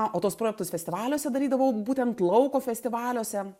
o tuos projektus festivaliuose darydavau būtent lauko festivaliuose